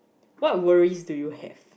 what worries do you have